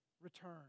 Return